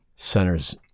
Centers